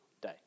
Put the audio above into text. day